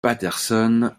patterson